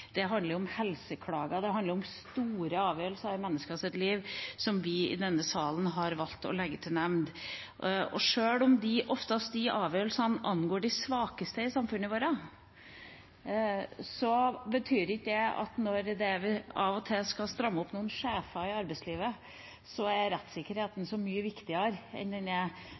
Det handler om helseklager, det handler om store avgjørelser i menneskers liv som vi i denne salen har valgt å legge til nemnd. Disse avgjørelsene angår oftest de svakeste i samfunnet vårt. Det betyr ikke at rettssikkerheten er så mye viktigere når man av og til skal stramme opp noen sjefer i arbeidslivet, enn den er